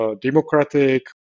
democratic